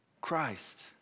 Christ